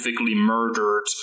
murdered